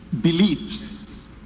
beliefs